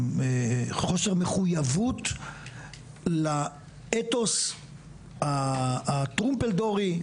חוסר מחויבות לאתוס הטרומפלדורי,